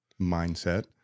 mindset